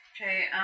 Okay